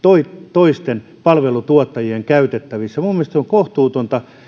toisten palvelutuottajien käytettävissä minun mielestäni se on kohtuutonta